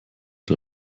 der